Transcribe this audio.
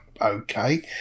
okay